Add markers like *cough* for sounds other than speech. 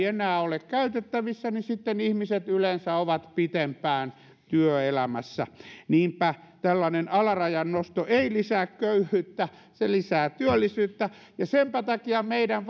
*unintelligible* enää ole käytettävissä ihmiset yleensä ovat pitempään työelämässä niinpä tällainen alarajan nosto ei lisää köyhyyttä se lisää työllisyyttä ja senpä takia meidän *unintelligible*